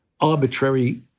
arbitrary